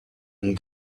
and